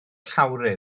llawrydd